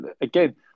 again